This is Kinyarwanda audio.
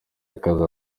akazi